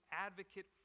advocate